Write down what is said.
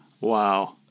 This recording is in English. Wow